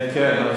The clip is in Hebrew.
כן.